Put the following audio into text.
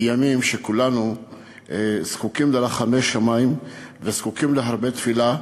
בימים שכולנו זקוקים לרחמי שמים וזקוקים להרבה תפילה.